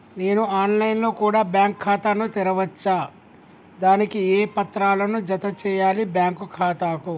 నేను online లో కూడా బ్యాంకు ఖాతా ను తెరవ వచ్చా? దానికి ఏ పత్రాలను జత చేయాలి బ్యాంకు ఖాతాకు?